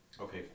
okay